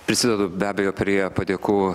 prisidedu be abejo prie padėkų